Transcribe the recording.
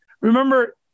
Remember